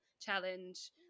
challenge